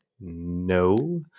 No